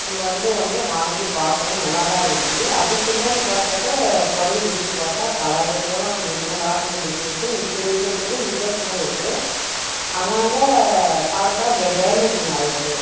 இங்கே வந்த உடனே வாங்கி பார்த்தோம் நல்லா தான் இருந்துச்சு அதுக்கு பின்னாடி பார்த்தாக்கா புடவைய விரித்து பார்த்தா கலருக்கும் முன்ன காட்டின டிசைனுக்கும் இப்போ இருக்கிறதுக்கும் வித்தியாசமா இருக்குது அங்கே அங்கே பார்த்தா டேமேஜிங் ஆகியிருக்கு